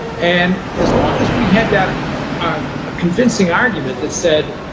and as long as we had that ah ah convincing argument that said,